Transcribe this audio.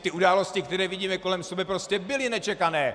Ty události, které vidíme kolem sebe, prostě byly nečekané.